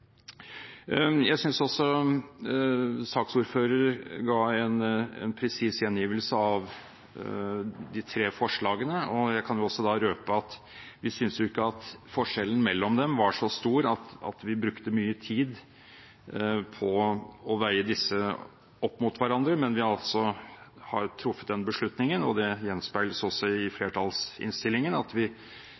Jeg synes også saksordføreren ga en presis gjengivelse av de tre forslagene, og jeg kan røpe at vi ikke syntes forskjellen mellom dem var så stor at vi brukte mye tid på å veie disse opp mot hverandre. Men vi har altså truffet den beslutningen – og det gjenspeiles i flertallsinnstillingen – at vi